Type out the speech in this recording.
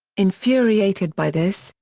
infuriated by this,